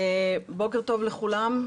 בוקר טוב לכולם,